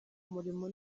umurimo